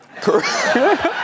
Correct